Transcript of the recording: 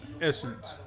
essence